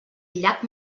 llac